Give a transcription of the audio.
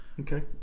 Okay